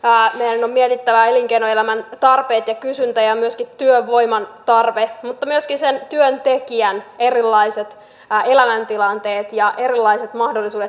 meidän on mietittävä elinkeinoelämän tarpeet ja kysyntä ja myöskin työvoiman tarve mutta myöskin sen työntekijän erilaiset elämäntilanteet ja erilaiset mahdollisuudet tehdä töitä